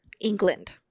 England